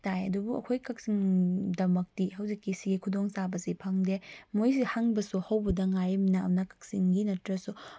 ꯇꯥꯏ ꯑꯗꯨꯕꯨ ꯑꯩꯈꯣꯏ ꯀꯛꯆꯤꯡꯗꯃꯛꯇꯤ ꯍꯧꯖꯤꯛꯀꯤ ꯁꯤꯒꯤ ꯈꯨꯗꯣꯡꯆꯥꯕꯁꯤ ꯐꯪꯗꯦ ꯃꯣꯏꯒꯤꯁꯤ ꯍꯥꯡꯕꯁꯨ ꯍꯧꯕꯗ ꯉꯥꯏꯔꯤꯕꯅꯤꯅ ꯀꯛꯆꯤꯡꯒꯤ ꯅꯠꯇ꯭ꯔꯁꯨ